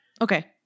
Okay